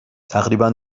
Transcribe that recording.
تقریبا